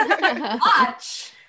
Watch